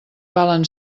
valen